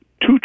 Two